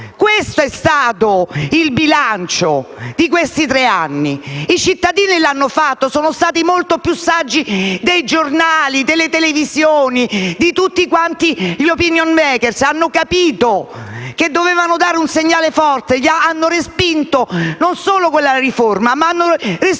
Questo è il bilancio degli ultimi tre anni. I cittadini l'hanno fatto e sono stati molto più saggi dei giornali, delle televisioni e di tutti gli *opinion maker*. Hanno capito che dovevano dare un segnale forte e hanno respinto non solo quella riforma, ma queste